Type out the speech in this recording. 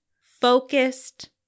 focused